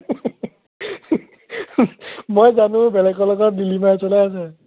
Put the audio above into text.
মই জানো বেলেগৰ লগত লিলিমাই চলাই আছে